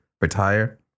retire